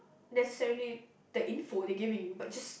necessarily the info they gave you but just